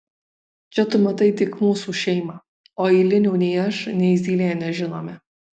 čia tu matai tik mūsų šeimą o eilinių nei aš nei zylė nežinome